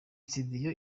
studio